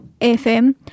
FM